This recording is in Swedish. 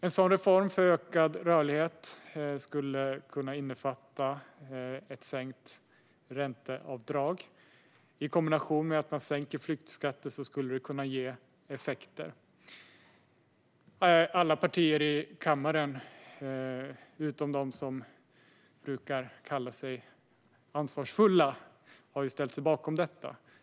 En reform för ökad rörlighet skulle kunna innefatta ett sänkt ränteavdrag. I kombination med att man sänker flyttskatter skulle det kunna ge effekter. Alla partier i kammaren, utom de som brukar kalla sig ansvarsfulla, har ställt sig bakom detta.